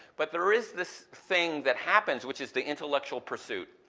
but there is this thing that happens which is the intellectual pursuit,